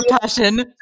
passion